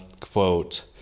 quote